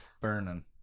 burning